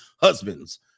husbands